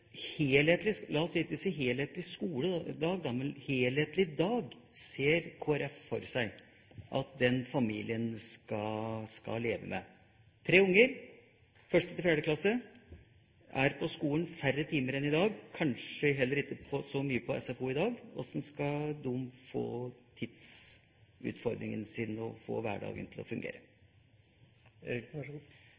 La oss ikke si helhetlig skoledag, men hva slags helhetlig dag ser Kristelig Folkeparti for seg at denne familien skal ha? Hvordan skal denne familien, med tre barn i 1.–4. klasse, som er på skolen færre timer enn i dag, og kanskje heller ikke så mye i SFO i dag, takle tidsutfordringa og få hverdagen til å fungere? Jeg regner da med, for å få regnestykket til å